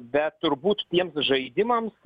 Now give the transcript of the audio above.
bet turbūt tiems žaidimams